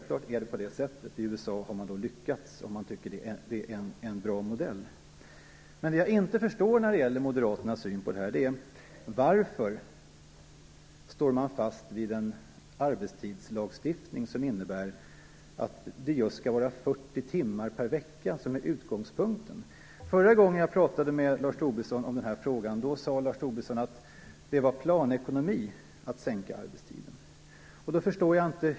I USA har man "lyckats" - om man nu tycker att det är en bra modell. Men det jag inte förstår i Moderaternas syn på detta är varför man står fast vid en arbetstidslagstiftning som innebär att just 40 arbetstimmar per vecka skall vara utgångspunkten. Förra gången jag talade med Lars Tobisson om den här frågan sade han att det var planekonomi att sänka arbetstiden.